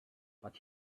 but